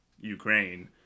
Ukraine